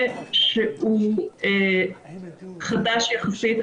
נושא חדש יחסית.